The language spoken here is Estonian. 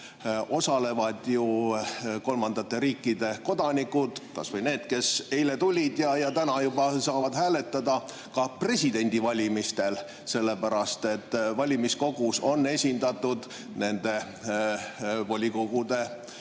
osalevad ju kolmandate riikide kodanikud, kas või need, kes eile tulid ja täna juba saavad hääletada, ka presidendivalimistel, sellepärast et valimiskogus on esindatud nende volikogude esindajad,